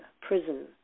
prison